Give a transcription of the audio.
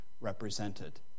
represented